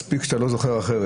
מספיק שאתה לא זוכר אחרת,